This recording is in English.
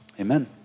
amen